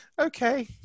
okay